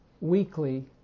weekly